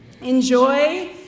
Enjoy